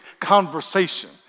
conversation